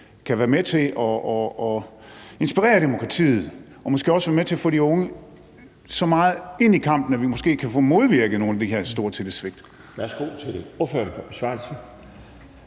kan være med til at inspirere demokratiet og måske også være med til at få de unge så meget ind i kampen, at vi måske kan få modvirket nogle af de her store tillidssvigt?